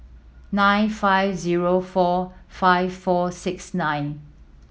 nine five zero four five four six nine